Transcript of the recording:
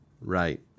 Right